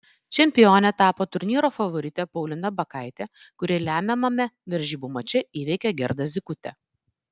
čempione tapo turnyro favoritė paulina bakaitė kuri lemiamame varžybų mače įveikė gerdą zykutę